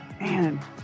man